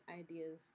ideas